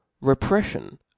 repression